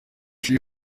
uciye